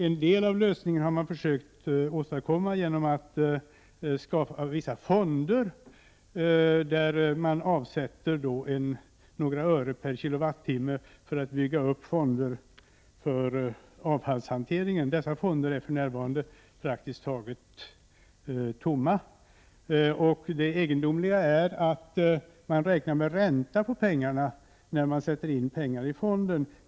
En del lösningar har man försökt åstadkomma genom att skapa vissa fonder. Man avsätter några — Prot. 1988/89:19 öre per kilowattimme för att bygga upp fonder för avfallshanteringen. Dessa 8 november 1988 fonder är för närvarande praktiskt taget tomma. Det egendomligaäratman. ZIG Zz sä SR ä : Om den kommunala räknar med ränta på de pengar som sätts in på fonderna.